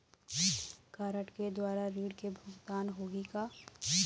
Card के द्वारा ऋण के भुगतान होही का?